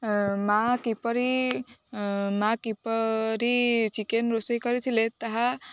ମା କିପରି ମା କିପରି ଚିକେନ ରୋଷେଇ କରିଥିଲେ ତାହା